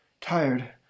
Tired